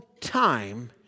time